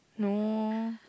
no